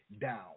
down